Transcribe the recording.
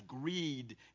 greed